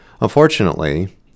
Unfortunately